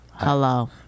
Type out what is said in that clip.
Hello